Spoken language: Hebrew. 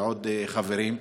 ועוד חברים.